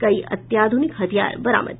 कई अत्याधुनिक हथियार बरामद